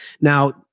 Now